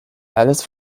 ellis